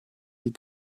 die